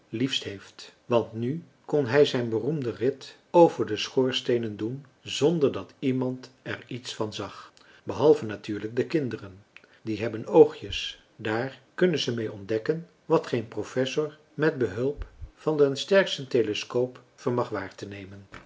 liefst heeft want nu kon hij zijn beroemden rit over de schoorsteenen doen zonder dat iemand er iets van zag behalve natuurlijk de kinderen die hebben oogjes daar kunnen ze mee ontdekken wat geen professor met behulp van den sterksten telescoop vermag waar te nemen